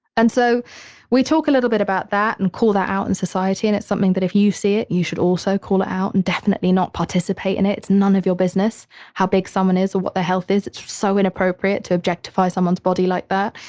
and so we talk a little bit about that and call that out in society. and it's something that if you see it, you should also call it out and definitely not participate in it. it's none of your business how big someone is or what their health is. it's so inappropriate to objectify someone's body like that.